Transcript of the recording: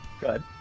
good